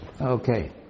Okay